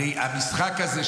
הרי המשחק הזה,